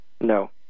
No